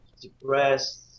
depressed